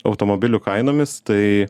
automobilių kainomis tai